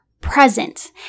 present